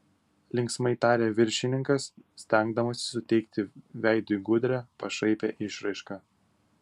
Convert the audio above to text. linksmai tarė viršininkas stengdamasis suteikti veidui gudrią pašaipią išraišką